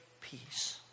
peace